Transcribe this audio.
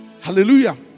Hallelujah